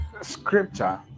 scripture